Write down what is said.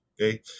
okay